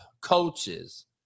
coaches